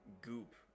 goop